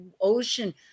ocean